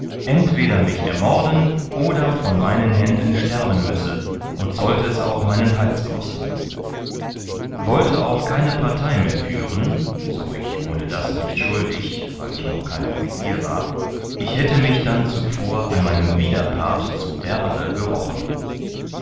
entweder mich ermorden oder von meinen händen sterben müsse und sollte es auch meinen hals kosten wollte auch keine partei mehr führen so ich ohndas nicht schuldig weil ich noch kein offizier war ich hätte mich dann zuvor an meinem widerpart zu werle gerochen